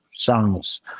Songs